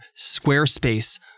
Squarespace